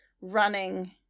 running